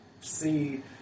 see